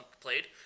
played